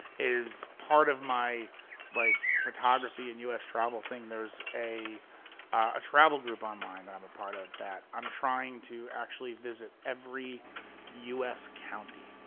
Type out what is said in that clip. is part of my like photography and u s. travel thing, there's a ah travel group online that i'm a part of that i'm trying to actually visit every u s. county.